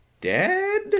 dead